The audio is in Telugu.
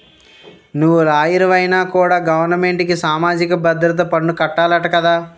నువ్వు లాయరువైనా కూడా గవరమెంటుకి సామాజిక భద్రత పన్ను కట్టాలట కదా